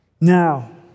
Now